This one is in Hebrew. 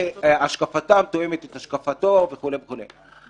שהשקפתם תואמת את השקפתו וכו' וכו',